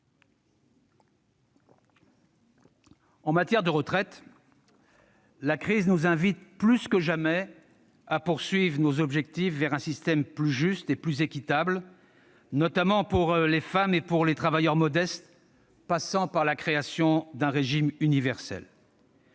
En matière de retraites, la crise nous invite plus que jamais à poursuivre nos objectifs vers un système plus juste et plus équitable, notamment pour les femmes et pour les travailleurs modestes, ce qui passe par la création d'un régime universel.